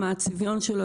מה הצביון שלו.